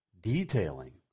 Detailing